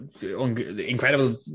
incredible